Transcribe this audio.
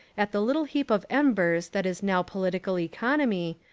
at the little heap of embers that is now political economy,